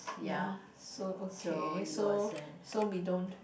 ya so okay so so we don't